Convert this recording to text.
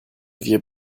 wir